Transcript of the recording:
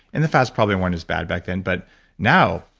and the fats probably weren't as bad back then, but now,